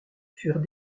furent